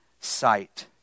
sight